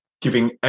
giving